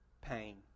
pain